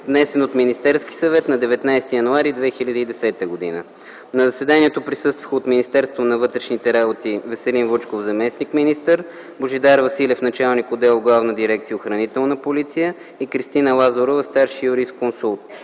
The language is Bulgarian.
внесен от Министерския съвет на 19 януари 2010 г. На заседанието присъстваха от Министерството на вътрешните работи: Веселин Вучков - заместник-министър, Божидар Василев – началник отдел в Главна дирекция „Охранителна полиция”, и Кристина Лазарова – старши юрисконсулт;